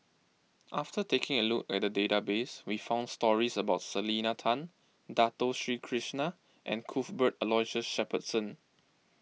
after taking a look at the database we found stories about Selena Tan Dato Sri Krishna and Cuthbert Aloysius Shepherdson